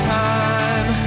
time